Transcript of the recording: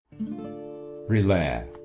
relax